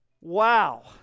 wow